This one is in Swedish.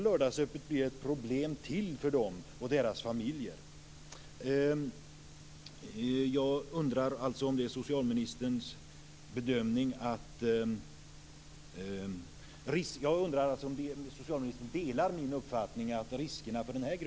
Lördagsöppet blir ett problem till för dem och deras familjer.